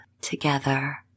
together